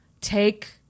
take